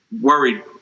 worried